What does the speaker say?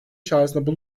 çağrısında